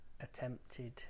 attempted